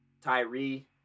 tyree